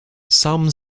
some